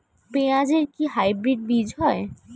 পেঁয়াজ এর কি হাইব্রিড বীজ হয়?